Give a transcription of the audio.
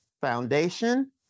foundation